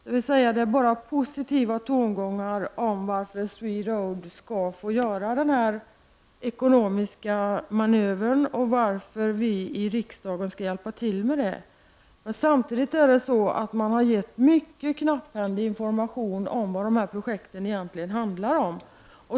Det är alltså bara positiva tongångar om varför SweRoad skall få göra denna ekonomiska manöver och varför vi i riksdagen skall hjälpa till med det. Samtidigt har man gett mycket knapphändig information om vad dessa projekt egentligen handlar om.